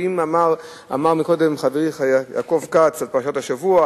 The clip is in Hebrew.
ואם אמר קודם חברי יעקב כץ על פרשת השבוע,